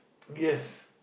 yes